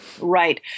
Right